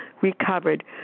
recovered